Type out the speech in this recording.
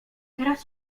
teraz